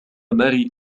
ماري